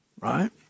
right